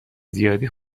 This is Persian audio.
زیادی